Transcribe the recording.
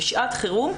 בשעת חירום,